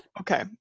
Okay